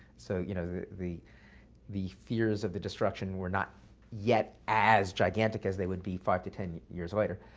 so you know the the fears of the destruction were not yet as gigantic as they would be five to ten years later.